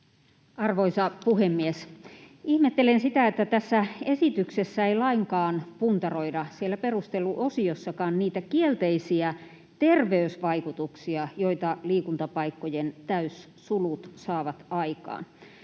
Arvoisa puhemies! Ihmettelen sitä, että tässä esityksessä ei siellä perusteluosiossakaan lainkaan puntaroida niitä kielteisiä terveysvaikutuksia, joita liikuntapaikkojen täyssulut saavat aikaan.